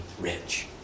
rich